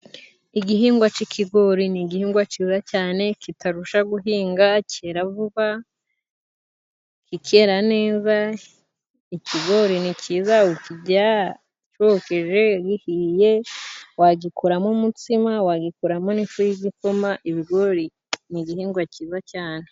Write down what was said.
Igihingwa c'ikigori, ni igihingwa ciza cyane, kitarusha guhinga cyera vuba kikera neza. Ikigori ni cyiza ukirya cyokeje, gihiye, wagikuramo umutsima, wagikuramo n'ifu y'igikoma, ibigori ni igihingwa cyiza cyane.